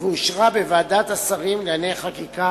ואושרה בוועדת השרים לענייני חקיקה